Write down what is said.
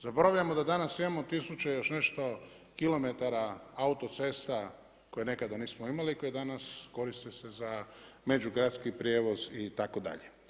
Zaboravljamo da danas imamo 1000 i još nešto kilometara autocesta, koje nekada nismo imali, koje danas, koriste se za međugradski prijevoz itd.